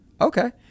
okay